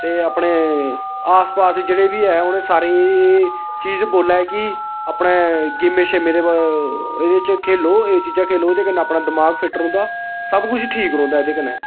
ते अपने आस पास दे जेह्ड़े बी ऐ उ'नें सारें गी चीज बोले कि अपना गेमें शेमें दे एह्दे च खेलो एह् चीजां खेलो ते एह्दे कन्नै अपना दिमाग फिट्ट रौंहदा सब कुछ ठीक रौंह्दा एह्दे कन्नै